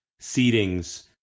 seedings